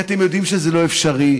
כי אתם יודעים שזה לא אפשרי,